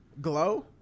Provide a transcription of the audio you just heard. Glow